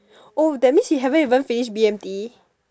oh that means he haven't even finish B_M_T